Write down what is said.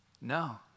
No